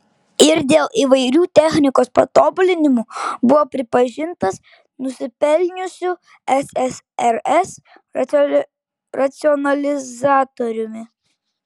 ir dėl įvairių technikos patobulinimų buvo pripažintas nusipelniusiu ssrs racionalizatoriumi